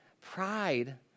Pride